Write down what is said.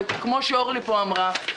כמו שאורלי אמרה פה,